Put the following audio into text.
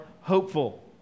hopeful